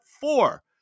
four